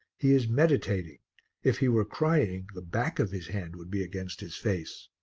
he is meditating if he were crying the back of his hand would be against his face.